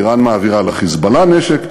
איראן מעבירה ל"חיזבאללה" נשק,